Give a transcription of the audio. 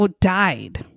died